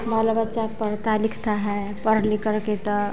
हमारा बच्चा पढ़ता लिखता है पढ़ लिख करके ता